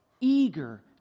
eager